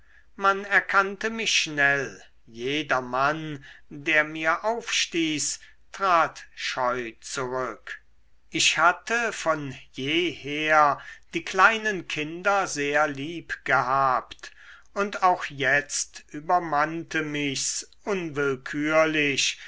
man erkannte mich schnell jedermann der mir aufstieß trat scheu zurück ich hatte von jeher die kleinen kinder sehr lieb gehabt und auch jetzt übermannte michs unwillkürlich